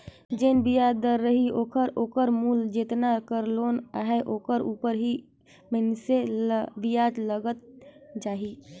जेन बियाज दर रही ओहर ओकर मूल जेतना कर लोन अहे ओकर उपर ही मइनसे ल बियाज लगत जाही